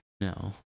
No